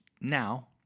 now